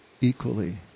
equally